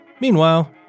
Meanwhile